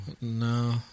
No